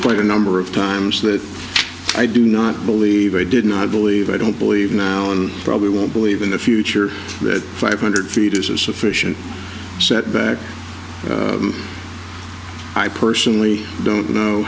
quite a number of times that i do not believe i did not believe i don't believe now and probably won't believe in the future that five hundred feet is a sufficient setback i personally don't know